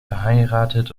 verheiratet